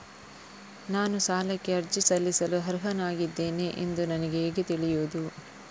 ನಾನು ಸಾಲಕ್ಕೆ ಅರ್ಜಿ ಸಲ್ಲಿಸಲು ಅರ್ಹನಾಗಿದ್ದೇನೆ ಎಂದು ನನಗೆ ಹೇಗೆ ತಿಳಿಯುದು?